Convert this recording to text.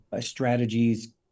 strategies